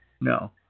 No